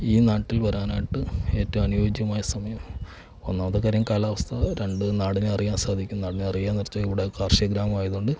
ഈ നാട്ടില് വരാനായിട്ട് ഏറ്റവും അനുയോജ്യമായ സമയം ഒന്നാമത്തെ കാര്യം കാലാവസ്ഥ രണ്ട് നാടിനെ അറിയാന് സാധിക്കും നാടിനെ അറിയുക എന്നുവച്ചാല് ഇവിടെ കാര്ഷിക ഗ്രാമമായതുകൊണ്ട്